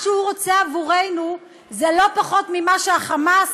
מה שהוא רוצה עבורנו זה לא פחות ממה שה"חמאס"